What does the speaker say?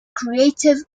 creative